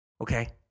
Okay